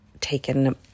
taken